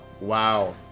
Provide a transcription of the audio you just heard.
wow